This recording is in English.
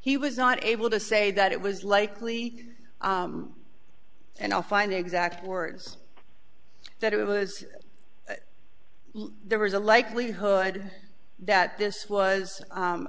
he was not able to say that it was likely and i'll find the exact words that it was there was a likelihood that this was